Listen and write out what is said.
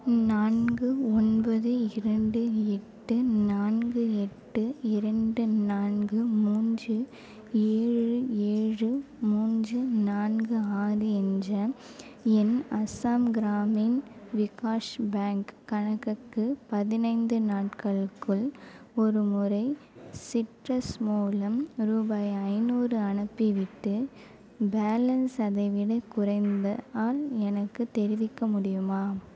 நான்கு ஒன்பது இரண்டு எட்டு நான்கு எட்டு இரண்டு நான்கு மூன்று ஏழு ஏழு மூன்று நான்கு ஆறு என்ற என் அசாம் க்ராமின் விகாஷ் பேங்க் கணக்குக்கு பதினைந்து நாட்களுக்கு ஒருமுறை சிட்ரஸ் மூலம் ரூபாய் ஐந்நூறு அனுப்பிவிட்டு பேலன்ஸ் அதைவிடக் குறைந்தால் எனக்குத் தெரிவிக்க முடியுமா